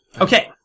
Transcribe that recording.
Okay